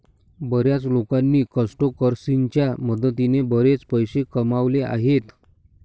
बर्याच लोकांनी क्रिप्टोकरन्सीच्या मदतीने बरेच पैसे कमावले आहेत